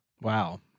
Wow